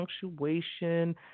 punctuation